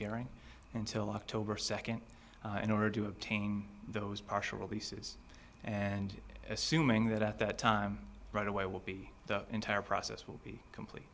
hearing until october second in order to obtain those partial leases and assuming that at that time right away will be the entire process will be complete